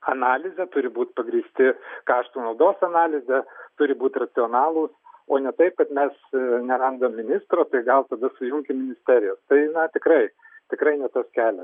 analize turi būt pagrįsti kaštų naudos analizė turi būti racionalūs o ne taip kad mes nerandam ministro tai gal tada sujunkim ministerijas tai na tikrai tikrai ne tas kelias